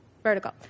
Vertical